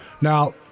Now